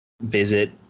visit